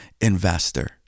investor